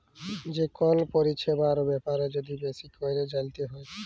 যে কল পরিছেবার ব্যাপারে যদি বেশি ক্যইরে জালতে চায়